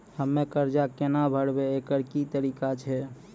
हम्मय कर्जा केना भरबै, एकरऽ की तरीका छै?